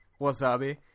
Wasabi